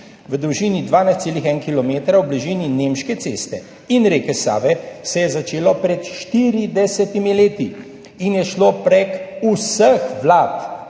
v dolžini 12,1 kilometra v bližini Nemške ceste in reke Save, se je začelo pred 40 leti in je šlo prek vseh vlad